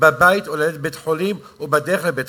בבית או ללדת בבית-חולים או בדרך לבית-חולים,